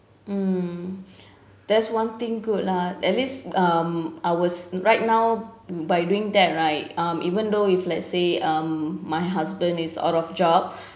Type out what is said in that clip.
um that's one thing good lah at least um ours right now by doing that right um even though if let's say um my husband is out of job